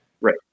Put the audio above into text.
Right